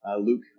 Luke